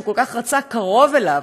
שהוא כל כך רצה קרוב אליו,